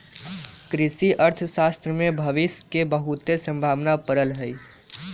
कृषि अर्थशास्त्र में भविश के बहुते संभावना पड़ल हइ